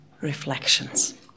reflections